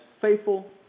faithful